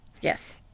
yes